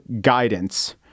guidance